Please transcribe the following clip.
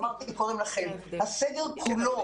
אמרתי קודם לכן: הסגר כולו הזוי,